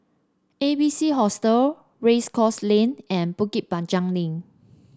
A B C Hostel Race Course Lane and Bukit Panjang Link